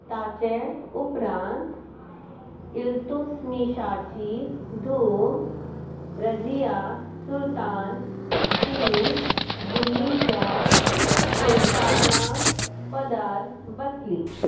ताचे उपरांत इल्तुसमिशाची धूव रजिया सुलतान ही दिल्लीच्या सुलतान पदार बसली